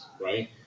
right